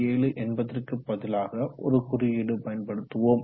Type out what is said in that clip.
7 என்பதற்கு பதிலாக ஒரு குறியீடு பயன்படுத்துவோம்